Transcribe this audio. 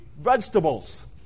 vegetables